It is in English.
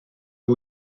are